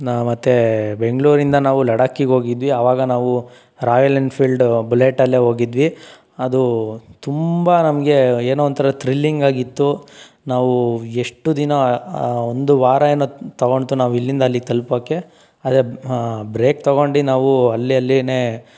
ಮತ್ತೆ ಬೆಂಗಳೂರಿಂದ ನಾವು ಲಡಾಕಿಕೆ ಹೋಗಿದ್ವಿ ಆವಾಗ ನಾವು ರಾಯಲ್ ಎನ್ಫೀಲ್ಡ್ ಬುಲೆಟಲ್ಲೇ ಹೋಗಿದ್ವಿ ಅದು ತುಂಬ ನಮಗೆ ಏನೋ ಒಂಥರ ಥ್ರಿಲ್ಲಿಂಗಾಗಿತ್ತು ನಾವು ಎಷ್ಟು ದಿನ ಒಂದು ವಾರ ಏನೋ ತೊಗೊಳ್ತು ನಾವು ಇಲ್ಲಿಂದ ಅಲ್ಲಿಗೆ ತಲ್ಪೋಕ್ಕೆ ಆದರೆ ಬ್ರೇಕ್ ತೊಗೊಂಡು ನಾವು ಅಲ್ಲಿ ಅಲ್ಲೇ